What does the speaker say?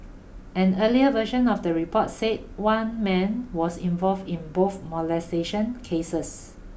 an earlier version of the report said one man was involved in both molestation cases